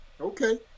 okay